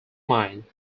mine